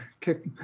kick